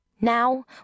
Now